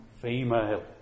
female